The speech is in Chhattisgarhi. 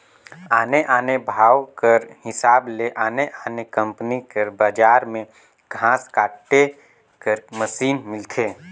आने आने भाव कर हिसाब ले आने आने कंपनी कर बजार में घांस काटे कर मसीन मिलथे